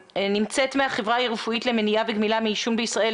החברה הרפואית למניעה וגמילה מעישון בישראל,